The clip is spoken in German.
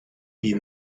die